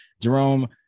Jerome